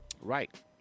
Right